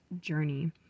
journey